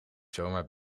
zomaar